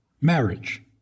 Marriage